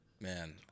Man